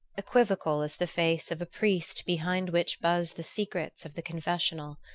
equivocal as the face of a priest behind which buzz the secrets of the confessional?